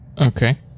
Okay